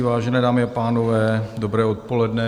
Vážené dámy a pánové, dobré odpoledne.